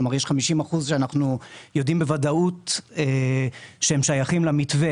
כלומר יש 50% שאנחנו יודעים בוודאות שהם שייכים למתווה